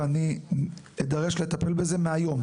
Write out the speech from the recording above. ואני אידרש לטפל בזה מהיום.